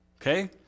okay